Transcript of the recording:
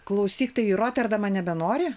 klausyk tai į roterdamą nebenori